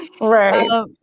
Right